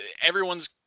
everyone's